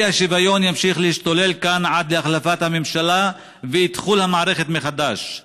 והאי-שוויון ימשיך להשתולל כאן עד להחלפת הממשלה ואתחול המערכת מחדש.